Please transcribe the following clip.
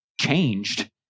changed